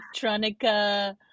Electronica